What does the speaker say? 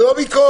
לא.